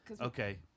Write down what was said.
Okay